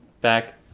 back